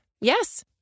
Yes